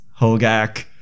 Hogak